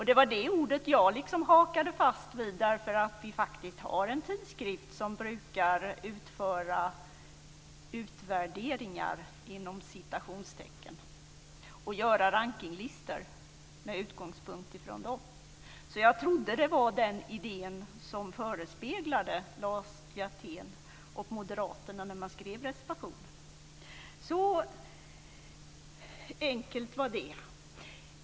Det var det ordet jag hakade fast vid därför att vi faktiskt har en tidskrift som brukar utföra "utvärderingar" och göra rankningslistor med utgångspunkt från dessa. Jag trodde det var den idén som förespeglade Lars Hjertén och moderaterna när man skrev reservationen. Så enkelt var det.